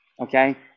okay